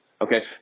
okay